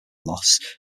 loss